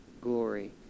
glory